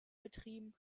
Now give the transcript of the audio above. betrieben